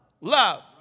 love